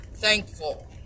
thankful